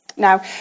Now